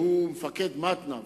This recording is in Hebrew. שהוא מפקד מתנ"א,